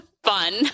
Fun